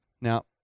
Now